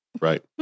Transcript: Right